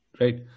Right